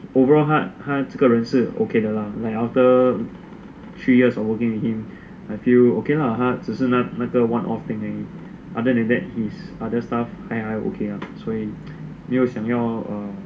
overall 他这个人是 okay 的啦 like after three years of working with him I feel okay lah 他只是那个 one off thing only other than that his other stuff 还还 okay ah 所以没有想要